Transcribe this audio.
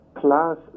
plus